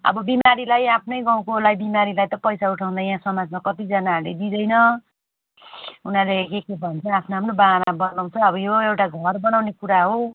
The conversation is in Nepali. अब बिमारीलाई आफ्नै गाउँकोलाई बिमारीलाई त पैसा उठाउँदा यहाँ समाजमा कतिजनाहरूले दिँदैन उनीहरूले के के भन्छ आफ्नो आफ्नो बहाना बनाउँछ यो एउटा घर बनाउने कुरा हो